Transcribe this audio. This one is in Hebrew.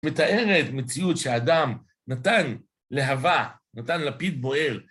מתארת מציאות שאדם נתן להווה, נתן לפיד בוער.